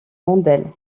mandel